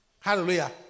Hallelujah